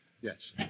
yes